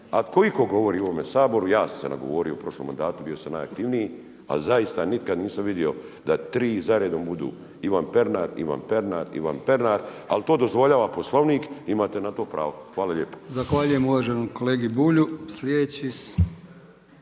ako itko govori u ovome Saboru ja sam se nagovorio u prošlom mandatu, bio sam najaktivniji a zaista nikad nisam vidio da tri za redom budu Ivan Pernar, Ivan Pernar, Ivan Pernar. Ali to dozvoljavam Poslovnik i imate na to pravo. Hvala lijepo.